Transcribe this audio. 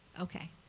Okay